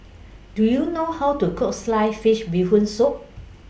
Do YOU know How to Cook Sliced Fish Bee Hoon Soup